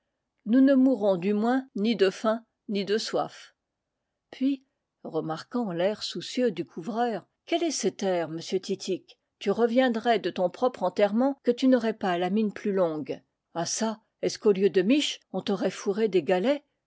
nous ne mourrons du moins ni de faim ni de soif puis remarquant l'air soucieux du couvreur quel est cet air monsieur titik tu reviendrais de ton propre enterrement que tu n'aurais pas la mine plus longue ah çà est-ce qu'au lieu de miches on t'aurait fourré des galets